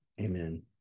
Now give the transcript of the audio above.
Amen